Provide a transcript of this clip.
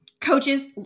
coaches